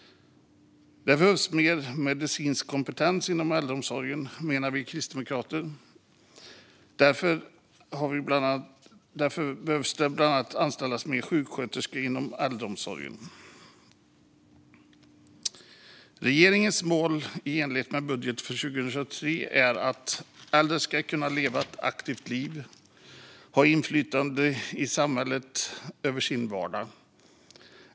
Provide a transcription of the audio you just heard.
Det behövs mer medicinsk kompetens inom äldreomsorgen, menar vi kristdemokrater. Därför vill vi att det bland annat anställs fler sjuksköterskor inom äldreomsorgen. Regeringens mål i enlighet med budgeten för 2023 är att äldre ska kunna leva ett aktivt liv och ha inflytande i samhället och över sin vardag.